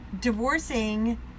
divorcing